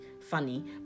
funny